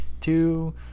two